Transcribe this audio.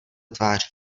tváří